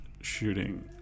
shooting